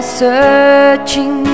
searching